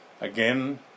Again